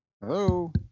Hello